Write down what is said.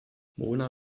mona